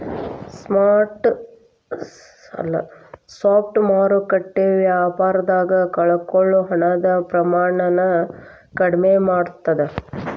spot ಮಾರುಕಟ್ಟೆ ವ್ಯಾಪಾರದಾಗ ಕಳಕೊಳ್ಳೊ ಹಣದ ಪ್ರಮಾಣನ ಕಡ್ಮಿ ಮಾಡ್ತದ